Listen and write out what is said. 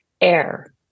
air